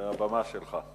הבמה שלך.